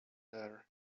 there